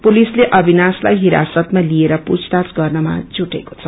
पुलिसले अबिनाशलाई हिरासतमा लिएर पूछ्ताछ गर्नमा जुटेको छ